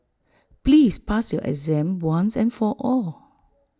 please pass your exam once and for all